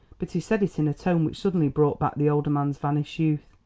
but he said it in a tone which suddenly brought back the older man's vanished youth.